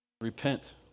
Repent